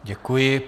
Děkuji.